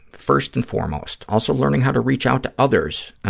first and foremost. also learning how to reach out to others.